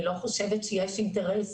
אני לא חושבת שיש אינטרס